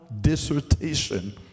dissertation